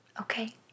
Okay